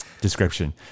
description